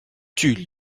tulle